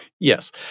Yes